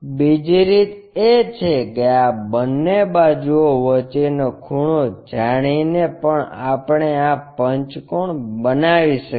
બીજી રીત એ છે કે આ બંને બાજુઓ વચ્ચેનો ખૂણો જાણીને પણ આપણે આ પંચકોણ બનાવી શકીએ